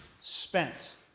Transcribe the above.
spent